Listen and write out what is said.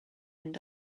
end